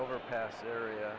overpass area